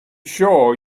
sure